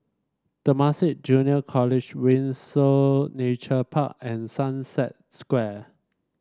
Temasek Junior College Windsor Nature Park and Sunset Square